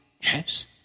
Yes